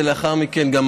ולאחר מכן גם,